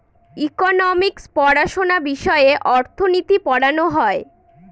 economics পড়াশোনা বিষয়ে অর্থনীতি পড়ানো হয়